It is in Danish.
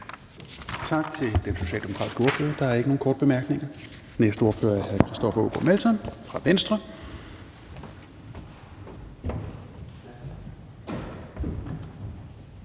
Tak til den socialdemokratiske ordfører. Der er ikke nogen korte bemærkninger. Næste ordfører er hr. Christoffer Aagaard Melson fra Venstre.